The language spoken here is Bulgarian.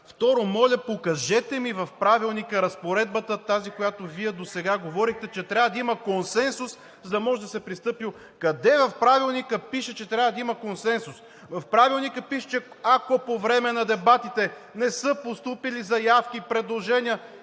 Второ, моля, покажете ми в Правилника разпоредбата – тази, по която Вие досега говорихте, че трябва да има консенсус, за да може да се пристъпи… Къде в Правилника пише, че трябва да има консенсус? В Правилника пише, че ако по време на дебатите не са постъпили заявки и предложения,